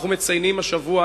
אנחנו מציינים השבוע,